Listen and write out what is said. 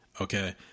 Okay